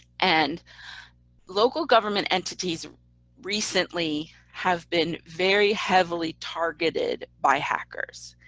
and local government entities recently have been very heavily targeted by hackers.